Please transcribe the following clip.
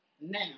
Now